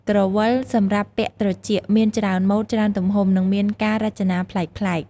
ក្រវិល សម្រាប់ពាក់ត្រចៀក មានច្រើនម៉ូដ ច្រើនទំហំ និងមានការរចនាប្លែកៗ។